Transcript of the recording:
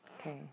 Okay